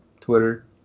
Twitter